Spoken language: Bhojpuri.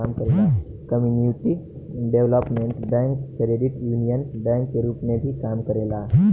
community development bank credit union bank के रूप में भी काम करेला